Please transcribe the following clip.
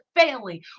failing